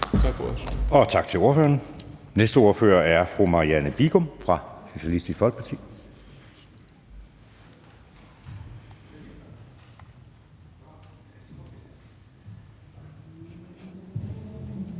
Tak til ordføreren. Den næste ordfører er fru Marianne Bigum fra Socialistisk Folkeparti.